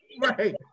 right